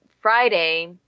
friday